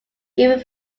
given